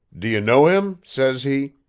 do you know him says he.